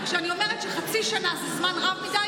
רק שאני אומרת שחצי שנה זה זמן רב מדי